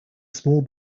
small